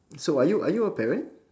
so are you are you a parent